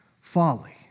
folly